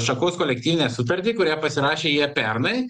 šakos kolektyvinę sutartį kurią pasirašė jie pernai